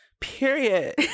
period